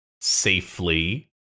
safely